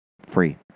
Free